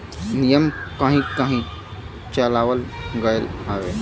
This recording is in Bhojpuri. नियम कहीं कही चलावल गएल हौ